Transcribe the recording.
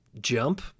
jump